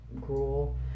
gruel